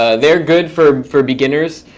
ah they're good for for beginners.